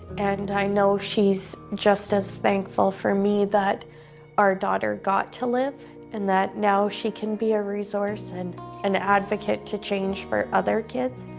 and i know she's just as thankful for me that our daughter got to live, and that now she can be a resource and an advocate to change for other kids.